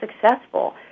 successful